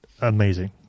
Amazing